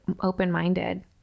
open-minded